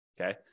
Okay